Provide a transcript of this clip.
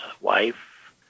wife